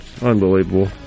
Unbelievable